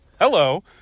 Hello